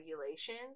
regulations